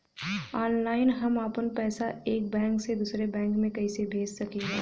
Online हम आपन पैसा एक बैंक से दूसरे बैंक में कईसे भेज सकीला?